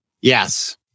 Yes